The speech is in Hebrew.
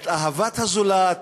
את אהבת הזולת,